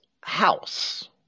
house